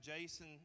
Jason